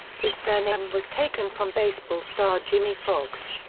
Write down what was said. his surname was taken from baseball star jimmie foxx.